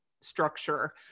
structure